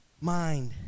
mind